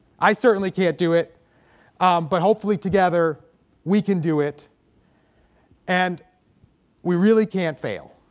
i certainly can't do it but hopefully together we can do it and we really can't fail